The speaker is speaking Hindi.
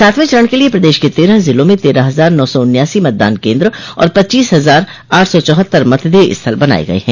सातवें चरण के लिये पदेश के तेरह जिलों में तेरह हजार नौ सौ उन्यासी मतदान केन्द्र और पच्चीस हजार आठ सौ चौहत्तर मतदेय स्थल बनाये गये हैं